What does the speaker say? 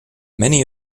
many